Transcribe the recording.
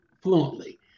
fluently